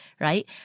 right